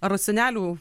ar senelių